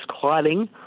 clotting